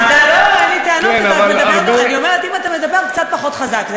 אין לי טענות, אבל אם אתה מדבר, קצת פחות חזק.